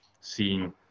seeing